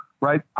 right